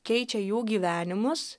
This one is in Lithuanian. keičia jų gyvenimus